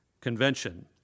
convention